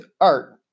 Art